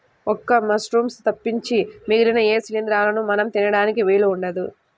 ఒక్క మశ్రూమ్స్ తప్పించి మిగిలిన ఏ శిలీంద్రాలనూ మనం తినడానికి వీలు ఉండదు